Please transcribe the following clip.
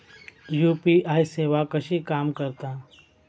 UPI सेवा कशी काम करता?